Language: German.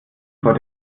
vor